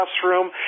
classroom